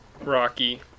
Rocky